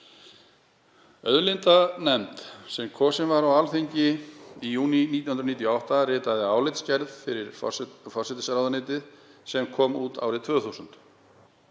Auðlindanefnd, sem kosin var á Alþingi í júní 1998, ritaði álitsgerð fyrir forsætisráðuneytið sem kom út árið 2000.